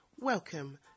Welcome